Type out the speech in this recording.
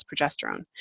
progesterone